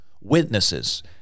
witnesses